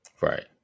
Right